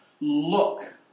Look